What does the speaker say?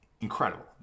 incredible